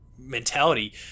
mentality